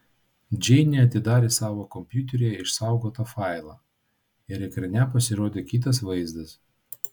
džeinė atidarė savo kompiuteryje išsaugotą failą ir ekrane pasirodė kitas vaizdas